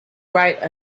write